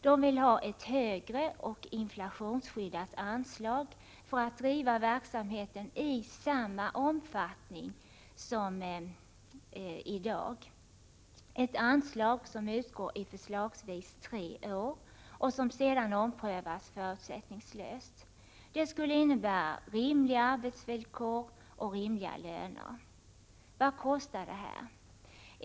Den vill ha ett högre och inflationsskyddat anslag för att driva verksamheten i samma omfattning som i dag. Detta anslag skall utgå i förslagsvis tre år och sedan omprövas förutsättningslöst. Det skulle innebära rimliga arbetsvillkor och rimliga löner. Vad kostar detta?